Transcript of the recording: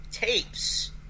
tapes